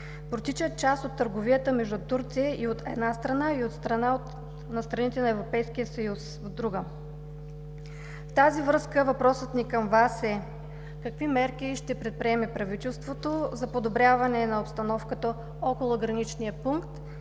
протича част от търговията между Турция, от една страна, и на страните от Европейския съюз, от друга страна. В тази връзка въпросът ни към Вас е: какви мерки ще предприеме правителството за подобряване на обстановката около граничния пункт